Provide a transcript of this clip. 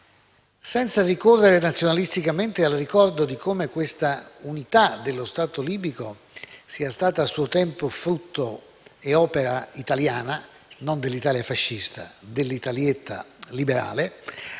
Senza ricorrere nazionalisticamente al ricordo di come questa unità dello Stato libico sia stata a suo tempo frutto e opera italiana (non dell'Italia fascista ma dell'Italietta liberale),